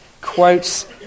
quotes